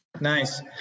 Nice